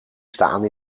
staan